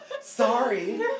Sorry